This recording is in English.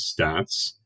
stats